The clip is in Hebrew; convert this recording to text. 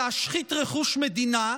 להשחית רכוש מדינה,